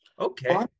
Okay